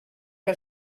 que